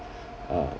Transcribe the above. uh